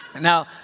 Now